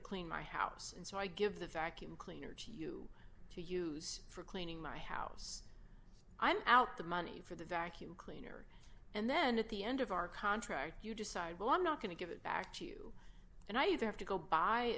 to clean my house and so i give the vacuum cleaner to you to use for cleaning my house i'm out the money for the vacuum and then at the end of our contract you decide well i'm not going to give it back to you and i either have to go buy